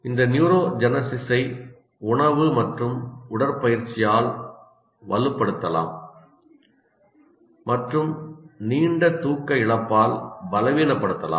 இந்த நியூரோஜெனெஸிஸை உணவு மற்றும் உடற்பயிற்சியால் வலுப்படுத்தலாம் மற்றும் நீண்ட தூக்க இழப்பால் பலவீனப்படுத்தலாம்